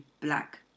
black